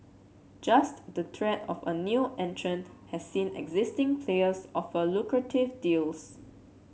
just the threat of a new entrant has seen existing players offer lucrative deals